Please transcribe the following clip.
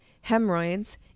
hemorrhoids